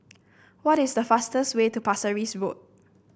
what is the fastest way to Pasir Ris Road